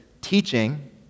teaching